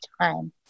time